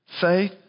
faith